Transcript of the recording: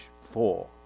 four